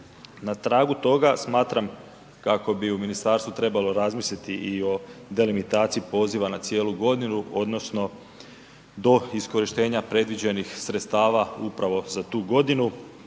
Na tragu toga smatram kako bi u ministarstvu trebalo razmisliti i o delimitaciji poziva na cijelu godinu, odnosno do iskorištenja predviđenih sredstava upravo za tu godinu.